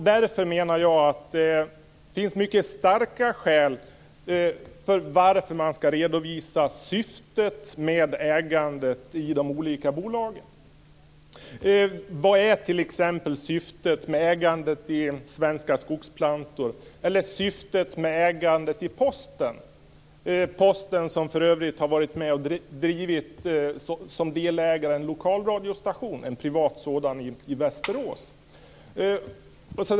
Därför menar jag att det finns mycket starka skäl för att redovisa syftet med ägandet i de olika bolagen. Vad är t.ex. syftet med ägandet i Svenska Skogsplantor eller syftet med ägandet i Posten? Posten har för övrigt som delägare varit med om att driva en privat radiostation i Västerås.